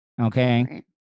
Okay